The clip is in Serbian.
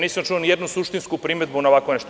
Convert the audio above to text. Nisam čuo nijednu suštinsku primedbu na ovako nešto.